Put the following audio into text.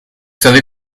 savez